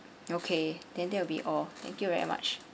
okay then that will be all thank you very much